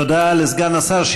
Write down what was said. תודה לסגן השר.